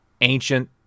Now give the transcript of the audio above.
ancient